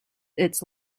its